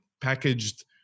packaged